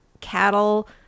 cattle